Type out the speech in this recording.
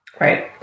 Right